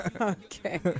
Okay